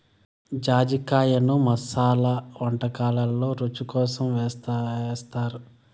జాజికాయను మసాలా వంటకాలల్లో రుచి కోసం ఏస్తారు